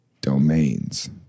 domains